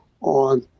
on